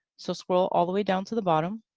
so, scroll all the way down to the bottom.